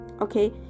Okay